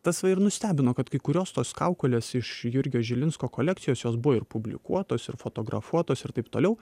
tas va ir nustebino kad kai kurios tos kaukolės iš jurgio žilinsko kolekcijos jos buvo ir publikuotos ir fotografuotos ir taip toliau